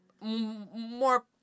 more